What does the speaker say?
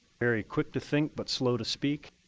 very quick to think but slow to speak.